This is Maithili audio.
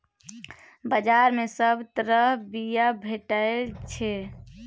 बजार मे सब तरहक बीया भेटै छै